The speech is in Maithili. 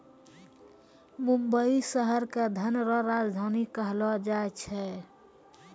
मुंबई शहर के धन रो राजधानी कहलो जाय छै